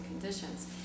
conditions